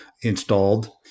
installed